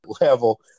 level